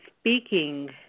speaking